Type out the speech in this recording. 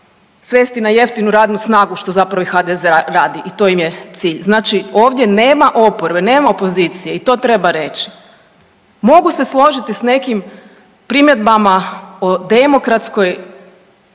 svesti na jeftinu radnu snagu što zapravo i HDZ radi i to im je cilj. Znači ovdje nema oporbe, nema opozicije i to treba reći. Mogu se složiti s nekim primjedbama o demokratskoj,